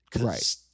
Right